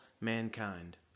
mankind